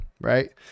right